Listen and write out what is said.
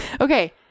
Okay